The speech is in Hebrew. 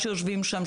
שיושבים שם,